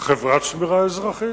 חברת שמירה אזרחית,